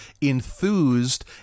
enthused